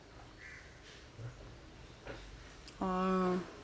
orh